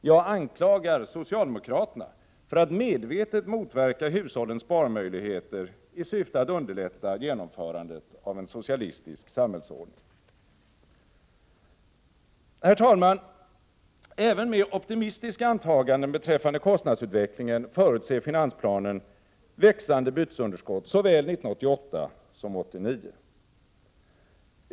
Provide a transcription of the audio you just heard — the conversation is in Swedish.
Jag anklagar socialdemokraterna för att medvetet motverka hushållens sparmöjligheter i syfte att underlätta genomförandet av en socialistisk samhällsordning! Herr talman! Även med optimistiska antaganden beträffande kostnadsutvecklingen förutser man i finansplanen växande bytesunderskott såväl 1988 som 1989.